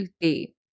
day